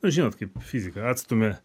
na žinot kaip fizika atstumia